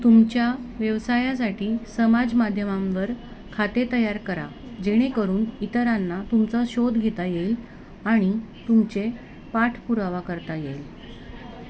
तुमच्या व्यवसायासाठी समाज माध्यमांवर खाते तयार करा जेणेकरून इतरांना तुमचा शोध घेता येईल आणि तुमचे पाठपुरावा करता येईल